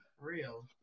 Real